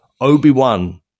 Obi-Wan